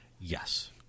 Yes